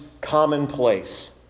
commonplace